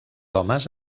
homes